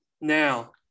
Now